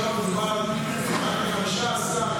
אני חושב שיש מקום להוריד את זה.